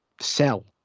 sell